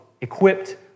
equipped